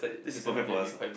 this is perfect for us lah